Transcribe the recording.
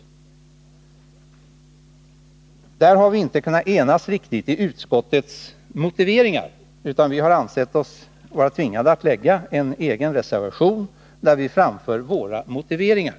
På den punkten har utskottet inte kunnat enas riktigt i sina motiveringar, utan vi har ansett oss vara tvingade att avge en egen reservation, där vi framför våra motiveringar.